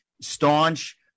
staunch